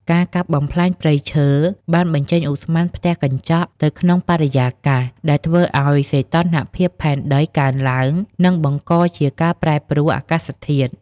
ការកាប់បំផ្លាញព្រៃឈើបានបញ្ចេញឧស្ម័នផ្ទះកញ្ចក់ទៅក្នុងបរិយាកាស ដែលធ្វើឱ្យសីតុណ្ហភាពផែនដីកើនឡើង និងបង្កជាការប្រែប្រួលអាកាសធាតុ។